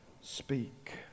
speak